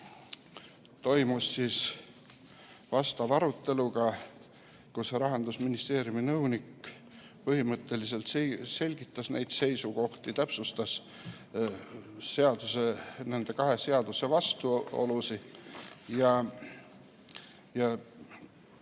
Toimus vastav arutelu, kus Rahandusministeeriumi nõunik põhimõtteliselt selgitas neid seisukohti ja täpsustas nende kahe seaduse vastuolusid.